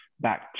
back